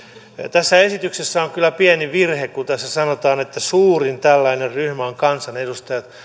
tässä esityksessä on kyllä pieni virhe kun tässä sanotaan että suurin tällainen ryhmä on kansanedustajat